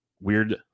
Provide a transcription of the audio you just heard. weird